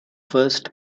first